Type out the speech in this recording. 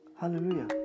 Hallelujah